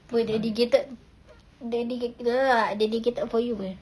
[pe] dedicated dedi~ dedicated for you man